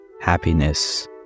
happiness